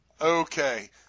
Okay